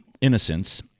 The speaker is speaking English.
innocence